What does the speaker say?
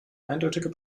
eindeutiger